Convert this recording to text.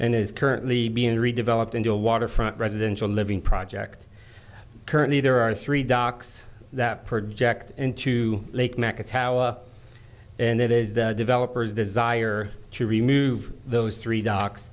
and is currently being developed into a waterfront residential living project currently there are three docks that project into lake mecca taua and that is the developers desire to remove those three do